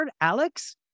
Alex